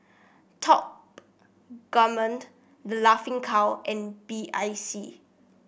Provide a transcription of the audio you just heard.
Top Gourmet The Laughing Cow and B I C